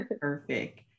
perfect